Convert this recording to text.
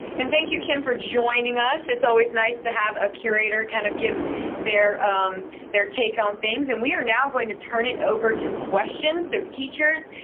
and thank you kim for joining us, it's always nice to have a curator to kind of give their their take on things. and we are now going to turn it over to questions so teachers,